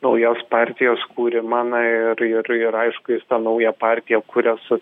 naujos partijos kūrimą na ir ir ir aišku jis tą naują partiją kuria su